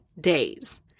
days